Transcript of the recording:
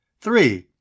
Three